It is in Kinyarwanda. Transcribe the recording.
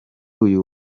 uyu